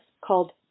called